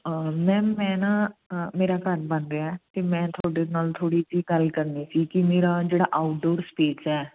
ma'am ਮੈਂ ਨਾ ਮੇਰਾ ਘਰ ਬਣ ਰਿਹਾ ਅਤੇ ਮੈਂ ਤੁਹਾਡੇ ਨਾਲ ਥੋੜ੍ਹੀ ਜਿਹੀ ਗੱਲ ਕਰਨੀ ਸੀ ਕਿ ਮੇਰਾ ਜਿਹੜਾ ਆਊਟਡੋਰ ਸਪੇਸ ਹੈ